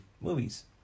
movies